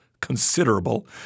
considerable